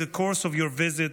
אדוני היושב-ראש.